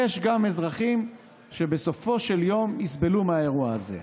יש גם אזרחים שבסופו של יום יסבלו מהאירוע הזה,